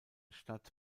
stadt